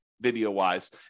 video-wise